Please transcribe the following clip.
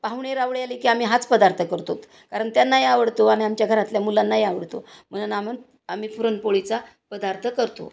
पाहुणे रावळे आले की आम्ही हाच पदार्थ करतोत कारण त्यांनाही आवडतो आणि आमच्या घरातल्या मुलांनाही आवडतो म्हणून आमन आम्ही पुरणपोळीचा पदार्थ करतो